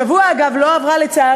בשבוע שעבר, לצערי,